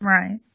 Right